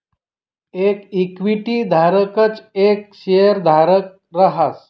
येक इक्विटी धारकच येक शेयरधारक रहास